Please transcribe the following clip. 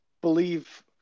believe